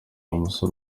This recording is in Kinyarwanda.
musore